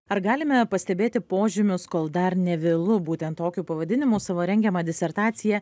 ar galime pastebėti požymius kol dar nevėlu būtent tokiu pavadinimu savo rengiamą disertaciją